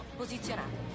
posizionato